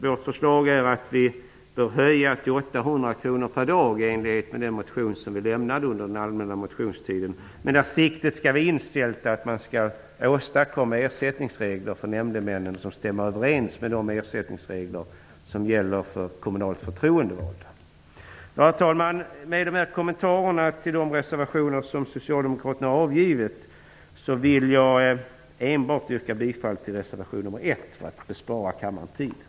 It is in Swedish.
Vårt förslag är att den skall höjas till 800 kr per dag i enlighet med den motion som vi väckte under den allmänna motionstiden. Siktet bör vara inställt på att åstadkomma ersättningsregler för nämndemännen som stämmer överens med de ersättningsregler som gäller för kommunalt förtroendevalda. Herr talman! Efter dessa kommentarer till de reservationer som socialdemokraterna avgivit vill jag, för att spara kammarens tid, yrka bifall endast till en av dem, nämligen till reservation nr 1.